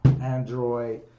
Android